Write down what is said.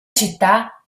città